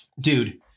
Dude